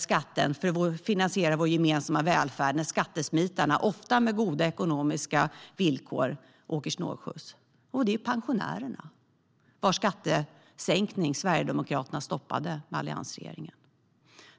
skatten för att finansiera vår gemensamma välfärd när skattesmitarna, ofta med goda ekonomiska villkor, åker snålskjuts? Jo, det är pensionärerna, vars skattesänkning Sverigedemokraterna stoppade med alliansregeringen.